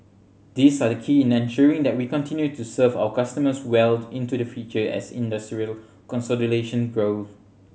these are the key in ensuring that we continue to serve our customers well into the future as industrial consolidation grow